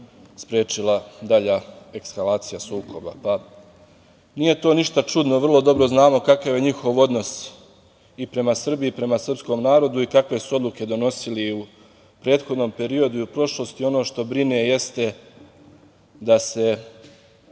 sprečila dalja eskalacija sukoba. Nije to ništa čudno. Vrlo dobro znamo kakav je njihov odnos i prema Srbiji i prema srpskom narodu i kakve su odluke donosili u prethodnom periodu i u prošlosti. Ono što brine je to što se